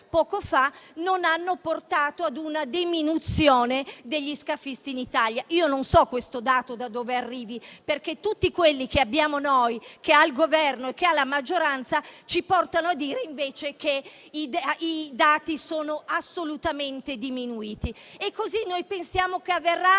poco fa, non hanno portato ad una diminuzione degli scafisti in Italia. Non so questo dato da dove arrivi, perché tutti quelli che abbiamo noi, che ha il Governo e che ha la maggioranza ci portano a dire invece che i numeri sono assolutamente diminuiti. Così noi pensiamo che avverrà